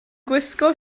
gwisgo